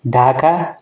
Dhaka